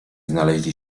znaleźli